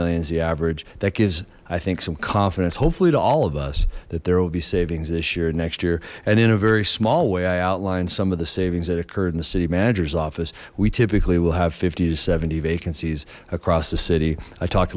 million is the average that gives i think some confidence hopefully to all of us that there will be savings this year neck and in a very small way i outlined some of the savings that occurred in the city manager's office we typically will have fifty to seventy vacancies across the city i talked